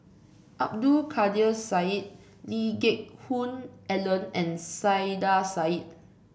Abdul Kadir Syed Lee Geck Hoon Ellen and Saiedah Said